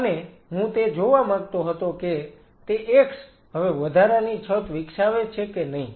અને હું તે જોવા માંગતો હતો કે તે x હવે વધારાની છત વિકસાવે છે કે નહીં